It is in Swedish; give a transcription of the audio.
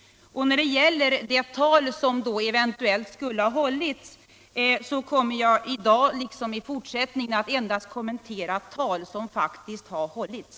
Vad beträffar det tal som eventuellt skulle ha hållits kommer jag i dag liksom i fortsättningen att kommentera endast tal som faktiskt har hållits.